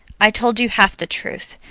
i told you half the truth,